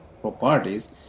properties